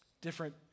Different